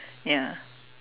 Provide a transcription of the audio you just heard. ya